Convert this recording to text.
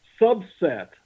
subset